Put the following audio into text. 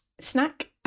snack